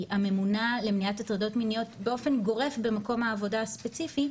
הממונה למניעת הטרדות מיניות באופן גורף במקום העבודה הספציפי,